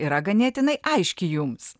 yra ganėtinai aiški jums